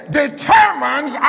determines